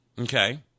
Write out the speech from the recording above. Okay